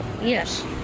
Yes